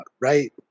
right